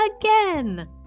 again